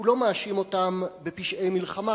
הוא לא מאשים אותם בפשעי מלחמה,